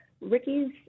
Ricky's